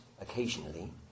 occasionally